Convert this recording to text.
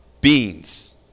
beans